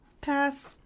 Pass